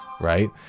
right